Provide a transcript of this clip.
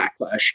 backlash